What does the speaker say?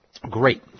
Great